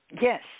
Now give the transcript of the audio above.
Yes